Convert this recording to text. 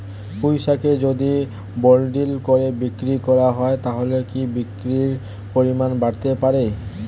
পুঁইশাকের যদি বান্ডিল করে বিক্রি করা হয় তাহলে কি বিক্রির পরিমাণ বাড়তে পারে?